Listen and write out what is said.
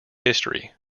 history